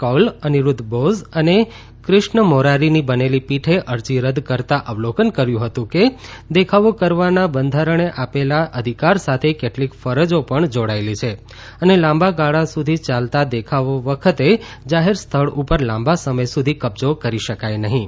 કૌલ અનિરૂદ્ધ બોઝ અને કૃષ્ણ મોરારીની બનેલી પીઠે અરજી રદ કરતાં અવલોકન કર્યું હતું કે દેખાવો કરવાના બંધારણે આપેલા અધિકાર સાથે કેટલીક ફરજો પણ જોડાયેલી છે અને લાંબા ગાળા સુધી યાલતા દેખાવો વખતે જાહેર સ્થળ ઉપર લાંબા સમય સુધી કબજો કરી શકાય નહિં